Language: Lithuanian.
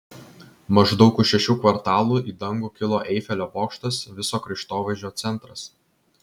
maždaug už šešių kvartalų į dangų kilo eifelio bokštas viso kraštovaizdžio centras